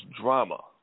drama